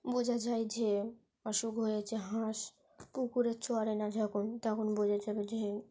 বোঝা যায় যে অসুখ হয়েছে হাঁস পুকুরে চরে না যখন তখন বোঝা যাবে যে